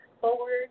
Forward